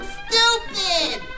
stupid